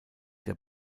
der